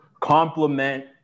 complement